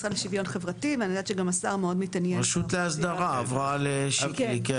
ואני יודעת שגם השר מאוד מתעניין --- רשות האסדרה עברה לשיקלי.